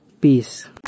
Peace